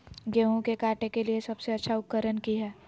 गेहूं के काटे के लिए सबसे अच्छा उकरन की है?